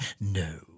No